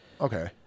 Okay